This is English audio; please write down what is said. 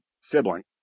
sibling